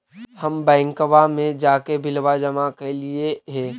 हम बैंकवा मे जाके बिलवा जमा कैलिऐ हे?